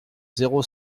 zéro